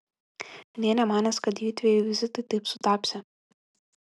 nė nemanęs kad jųdviejų vizitai taip sutapsią